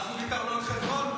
אנחנו ויתרנו על חברון?